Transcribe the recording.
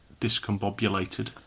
discombobulated